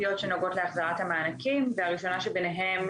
כלפי עסקים להחזיר את מענקי הקורונה שקיבלו.